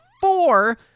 four